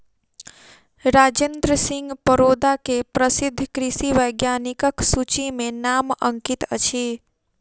राजेंद्र सिंह परोदा के प्रसिद्ध कृषि वैज्ञानिकक सूचि में नाम अंकित अछि